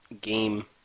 game